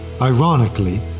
ironically